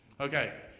Okay